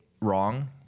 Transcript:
wrong